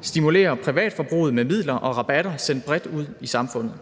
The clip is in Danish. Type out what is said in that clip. stimulerer privatforbruget med midler og rabatter sendt bredt ud i samfundet,